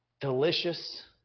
delicious